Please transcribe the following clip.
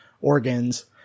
organs